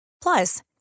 Plus